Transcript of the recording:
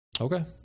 okay